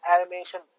animation